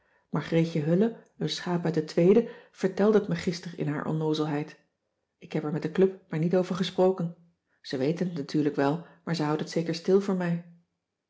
margreetje hulle een schaap uit de tweede vertelde het me gister in haar onnoozelheid ik heb er met de club maar niet over gesproken ze weten het natuurlijk wel maar ze houden het zeker stil voor mij